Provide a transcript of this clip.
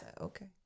okay